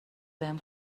بهم